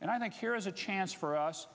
and i think here is a chance for us